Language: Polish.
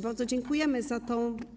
Bardzo dziękujemy za